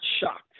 shocked